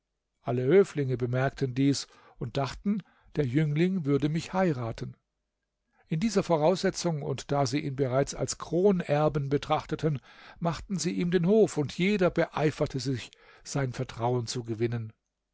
alle höflinge bemerkten dies und dachten der jüngling würde mich heiraten in dieser voraussetzung und da sie ihn bereits als den kronerben betrachteten machten sie ihm den hof und jeder beeiferte sich sein vertrauen zu gewinnen